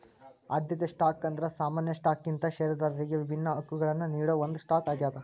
ಆದ್ಯತೆ ಸ್ಟಾಕ್ ಅಂದ್ರ ಸಾಮಾನ್ಯ ಸ್ಟಾಕ್ಗಿಂತ ಷೇರದಾರರಿಗಿ ವಿಭಿನ್ನ ಹಕ್ಕಗಳನ್ನ ನೇಡೋ ಒಂದ್ ಸ್ಟಾಕ್ ಆಗ್ಯಾದ